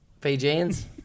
Fijians